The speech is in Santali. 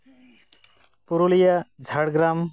ᱯᱩᱨᱩᱞᱤᱭᱟᱹ ᱡᱷᱟᱲᱜᱨᱟᱢ